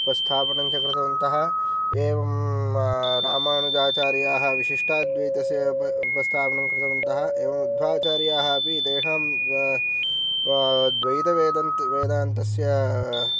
उपस्थापनं च कृतवन्तः एवं रामानुजाचार्याः विशिष्टाद्वैतस्य उप उपस्थापनं कृतवन्तः एवं मध्वाचार्याः अपि तेषां द्वैतवेदान्त वेदान्तस्य